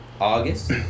August